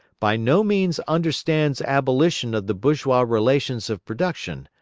by no means understands abolition of the bourgeois relations of production,